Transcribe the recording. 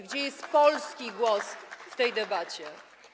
Gdzie jest polski głos w tej debacie?